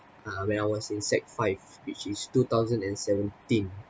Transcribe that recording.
uh when I was in sec five which is two thousand and seventeen